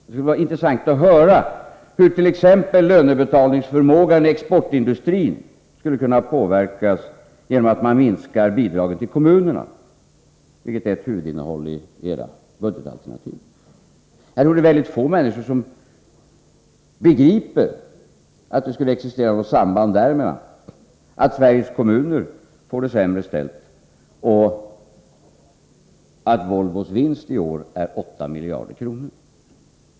Det skulle vara intressant att höra hur exempelvis lönebetalningsförmågan i exportindustrin skulle kunna påverkas genom att man minskar bidraget till kommunerna, vilket är ett huvudinnehåll i era budgetalternativ. Jag tror att väldigt få människor kan se något samband mellan att Sveriges kommuner får det sämre ställt och att Volvos vinst i år är 8 miljarder kronor.